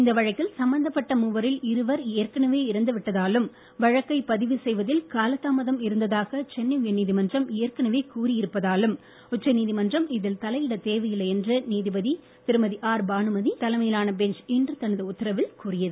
இந்த வழக்கில் சம்பந்தப்பட்ட மூவரில் இருவர் ஏற்கனவே இறந்துவிட்டதாலும் வழக்கை பதிவு செய்வதில் காலதாமதம் இருந்ததாக சென்னை உயர் நீதிமன்றம் ஏற்கனவே கூறி இருப்பதாலும் உச்ச நீதிமன்றம் இதில் தலையிடத் தேவையில்லை என்று நீதிபதி திருமதி ஆர் பானுமதி தலைமையிலான பெஞ்ச் இன்று தனது உத்தரவில் கூறியது